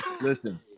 listen